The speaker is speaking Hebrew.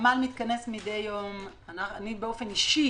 החמ"ל מתכנס מדי יום, אני באופן אישי